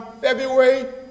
February